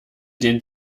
den